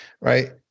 right